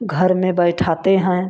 घर में बैठाते हैं